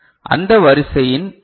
அந்த வரிசையின் டி